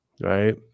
Right